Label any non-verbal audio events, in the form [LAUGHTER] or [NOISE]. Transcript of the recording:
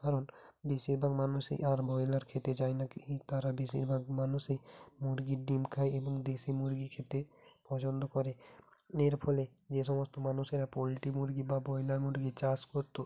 কারণ বেশিরভাগ মানুষই আর ব্রয়লার খেতে চায় না [UNINTELLIGIBLE] এই তারা বেশিরভাগ মানুষই মুরগির ডিম খায় এবং দেশি মুরগি খেতে পছন্দ করে এর ফলে যে সমস্ত মানুষেরা পোলট্রি মুরগি বা ব্রয়লার মুরগি চাষ করত